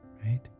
right